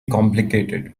complicated